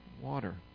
water